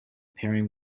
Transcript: pairing